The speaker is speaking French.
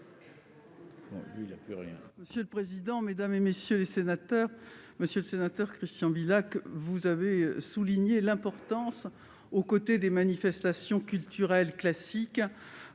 Monsieur le président, mesdames, messieurs les sénateurs, monsieur le sénateur Christian Bilhac, vous avez souligné l'importance, aux côtés des manifestations culturelles classiques,